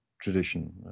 tradition